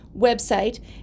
website